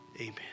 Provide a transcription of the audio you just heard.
Amen